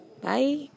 Bye